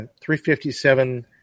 357